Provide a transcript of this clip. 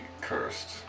cursed